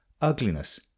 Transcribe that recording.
ugliness